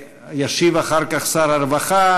ישיב אחר כך שר הרווחה.